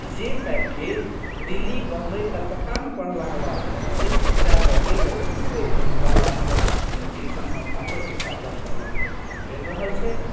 जे पैकज दिल्ली बम्बइ कलकत्तामे पढ़लाके बाद भेटैत छै सएह पैकेज आइ एतुक्को पढ़ला शिक्षण संस्थानसँ शिक्षा ग्रहण कयलाक बाद भेटि रहल छै